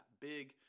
big